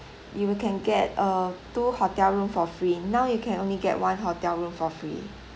you will can get err two hotel room for free now you can only get one hotel room for free